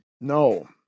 No